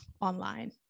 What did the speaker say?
online